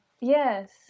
Yes